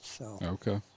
Okay